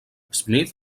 smith